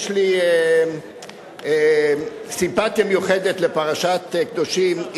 יש לי סימפתיה מיוחדת לפרשת קדושים.